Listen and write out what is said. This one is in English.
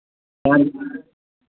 sir